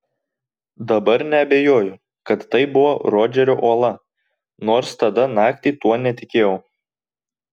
dabar neabejoju kad tai buvo rodžerio uola nors tada naktį tuo netikėjau